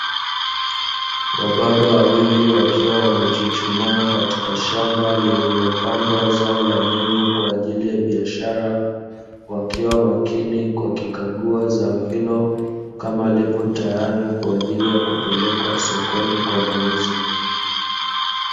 Wababa wawili wakiwa wamechuchumaa katika shamba lililo pandwa zao la nyanya kwa ajili ya biashara, wakiwa makini wakikagua zao hilo kama liko tayari kwa ajili ya kupelekwa sokoni kwa mauzo.